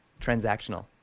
transactional